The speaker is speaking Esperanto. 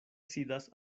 sidas